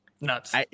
nuts